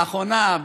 לאחרונה,